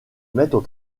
mettent